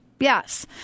Yes